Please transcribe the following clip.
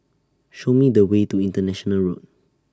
Show Me The Way to International Road